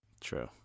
True